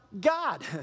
God